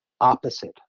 opposite